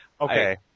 Okay